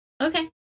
Okay